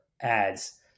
ads